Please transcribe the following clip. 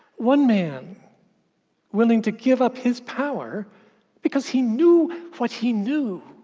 one man willing to give up his power because he knew what he knew,